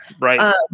Right